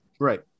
right